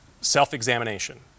self-examination